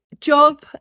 job